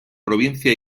provincia